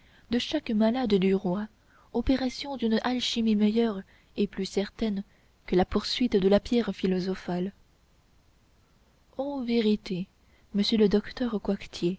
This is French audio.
de chaque maladie du roi opération d'une alchimie meilleure et plus certaine que la poursuite de la pierre philosophale en vérité monsieur le docteur